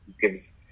gives